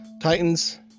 Titans